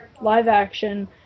live-action